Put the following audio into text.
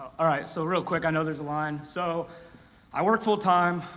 alright, so real quick, i know there's a line. so i work full-time.